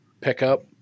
pickup